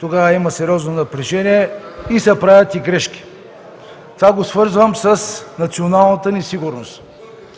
Тогава има сериозно напрежение и се правят и грешки. Това го свързвам с националната ни сигурност.